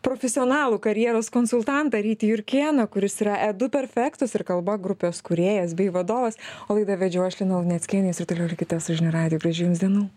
profesionalų karjeros konsultantą rytį jurkėną kuris yra edu perfectus ir kalba grupės kūrėjas bei vadovas o laidą vedžiau aš lina luneckienė jūs ir toliau likite su žinių radiju gražių jums dienų